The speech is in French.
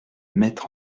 mettre